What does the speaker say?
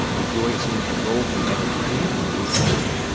dejoy assumes the role from megan brennan on june fifteenth.